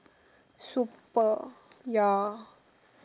super ya